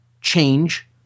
change